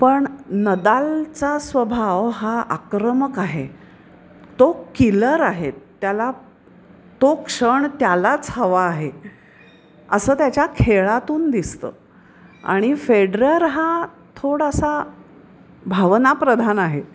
पण नदालचा स्वभाव हा आक्रमक आहे तो किलर आहे त्याला तो क्षण त्यालाच हवा आहे असं त्याच्या खेळातून दिसतं आणि फेडरर हा थोडासा भावनाप्रधान आहे